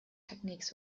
techniques